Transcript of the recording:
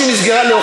היא לא נפתחה.